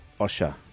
Osha